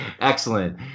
Excellent